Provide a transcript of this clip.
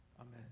Amen